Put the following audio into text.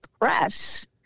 press